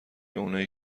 اونایی